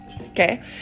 Okay